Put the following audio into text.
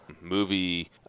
movie